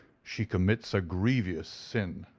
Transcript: she commits a grievous sin